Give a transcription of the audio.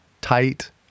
tight